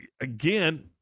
again